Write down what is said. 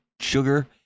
sugar